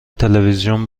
تلویزیون